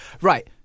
Right